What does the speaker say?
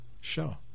show